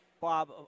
Bob